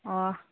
ꯑꯣ